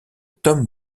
tom